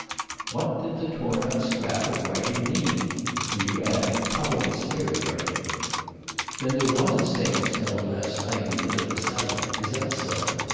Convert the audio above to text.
what did the torn-up scrap of writing mean and you add probably spirit-writing then there was a seance held last night in the little salon! is that so?